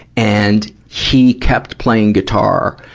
and, he kept playing guitar.